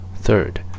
Third